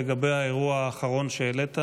לגבי האירוע האחרון שהעלית,